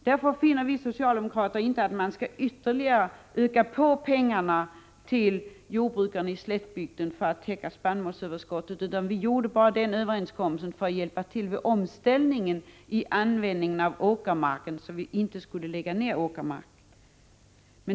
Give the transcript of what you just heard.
Därför finner vi socialdemokrater inte att man nu skall ytterligare öka på pengarna till jordbrukarna i slättbygden för att klara spannmålsöverskottet. Vi har gjort en överenskommelse för att hjälpa till vid omställningen i användningen av åkermark, så att vi inte skall behöva lägga ned vår åkermark.